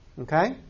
Okay